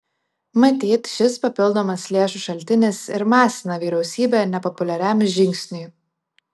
matyt šis papildomas lėšų šaltinis ir masina vyriausybę nepopuliariam žingsniui